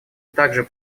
также